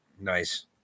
Nice